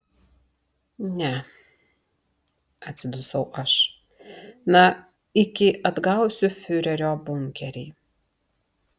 ne atsidusau aš na iki atgausiu fiurerio bunkerį